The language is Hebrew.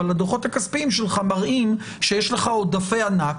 אבל הדוחות הכספיים שלך מראים שיש לך עודפי ענק,